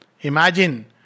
imagine